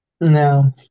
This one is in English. No